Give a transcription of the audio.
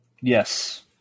Yes